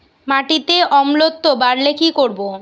মাটিতে অম্লত্ব বাড়লে কি করব?